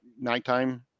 nighttime